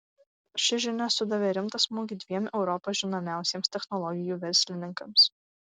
ši žinia sudavė rimtą smūgį dviem europos žinomiausiems technologijų verslininkams